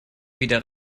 wieder